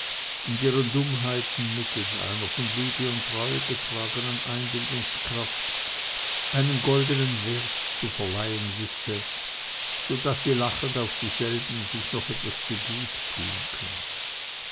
und ihren dummheiten mittelst einer von liebe und treue getragenen einbildungskraft einen goldenen wert zu verleihen wisse so daß sie lachend auf dieselben sich noch etwas zu gut tun könne